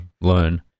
learn